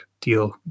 deal